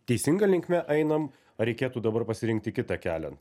teisinga linkme einam reikėtų dabar pasirinkti kitą kelią